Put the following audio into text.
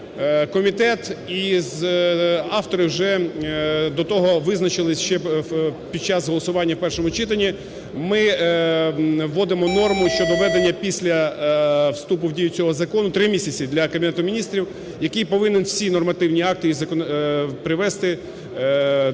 комітет із автором вже до того визначились, ще під час голосування в першому читанні, ми вводимо норму щодо введення після вступу в дію його закону 3 місяці для Кабінету Міністрів, який повинен всі нормативні акти привести до вимог